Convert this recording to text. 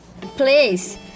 place